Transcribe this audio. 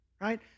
right